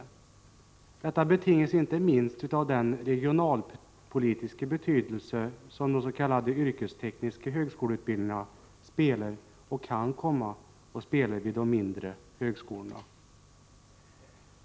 Detta betingas inte minst av den regionalpolitiska roll som de s.k. yrkestekniska högskoleutbildningarna spelar och kan komma att spela vid de mindre högskolorna.